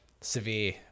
severe